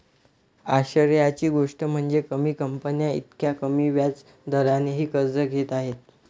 आश्चर्याची गोष्ट म्हणजे, कमी कंपन्या इतक्या कमी व्याज दरानेही कर्ज घेत आहेत